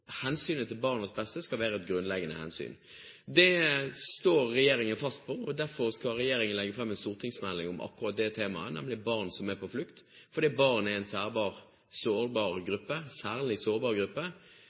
hensynet til barnets beste skal være et grunnleggende hensyn. Det står regjeringen fast på, og derfor skal regjeringen legge fram en stortingsmelding om akkurat det temaet, nemlig barn som er på flukt. For barn er en særlig sårbar gruppe